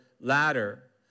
ladder